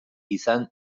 izan